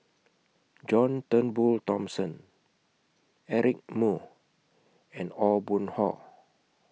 John Turnbull Thomson Eric Moo and Aw Boon Haw